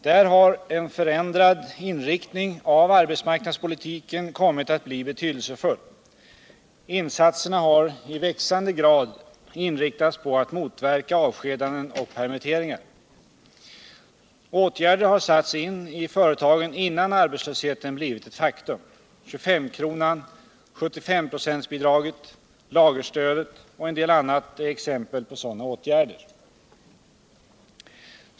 Där har en förändrad inriktning av arbetsmarknadspolitiken kommit att bli betydelsefull. Insatserna har i växande grad inriktats på att motverka avskedanden och permitteringar. Åtgärder har satts in i företagen innan arbetslösheten blivit ett faktum. 25-kronan, 75-procentsbidraget, lagerstödet och en del annat är exempel på sådana åtgärder.